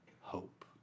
hope